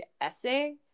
essay